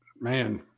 man